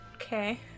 Okay